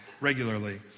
regularly